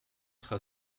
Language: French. sera